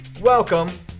welcome